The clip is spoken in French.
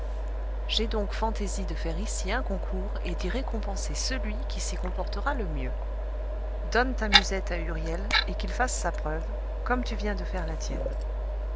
j'ai donc fantaisie de faire ici un concours et d'y récompenser celui qui s'y comportera le mieux donne ta musette à huriel et qu'il fasse sa preuve comme tu viens de faire la tienne